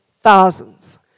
thousands